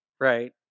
right